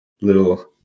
little